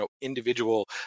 individual